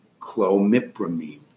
clomipramine